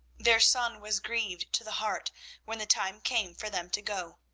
their son was grieved to the heart when the time came for them to go,